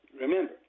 Remember